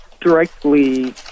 directly